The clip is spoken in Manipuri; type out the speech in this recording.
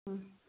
ꯎꯝ